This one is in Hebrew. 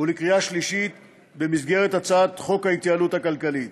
ובקריאה שלישית במסגרת הצעת חוק ההתייעלות הכלכלית.